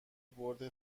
برد